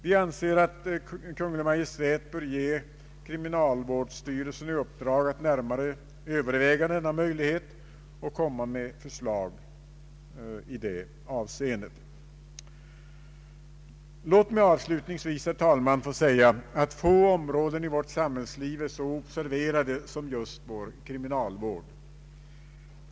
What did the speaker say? Vi anser att Kungl. Maj:t bör ge kriminalvårdsstyrelsen i uppdrag att närmare överväga denna möjlighet och komma med förslag. Låt mig avslutningsvis, herr talman, få säga att få områden i vårt samhällsliv är så observerade som just kriminalvården.